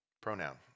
Pronoun